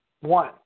One